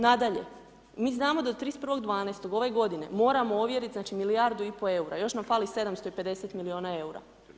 Nadalje, mi znamo da do 31.12. ove godine moramo ovjeriti znači milijardu i pol eura, još nam fali 750 milijuna eura.